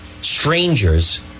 strangers